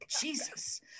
jesus